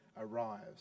arrives